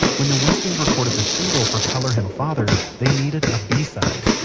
when the winstons recorded the single for color him father, they needed a b side.